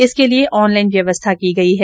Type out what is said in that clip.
इसके लिये ऑनलाइन व्यवस्था की गयी है